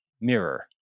mirror